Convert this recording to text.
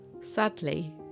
Sadly